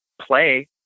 play